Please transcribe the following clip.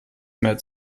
mehr